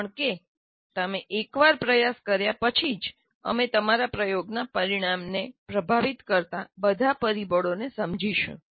કારણ કે તમે એકવાર તેનો પ્રયાસ કર્યા પછી જ અમે તમારા પ્રયોગના પરિણામને પ્રભાવિત કરતા બધા પરિબળોને સમજીશું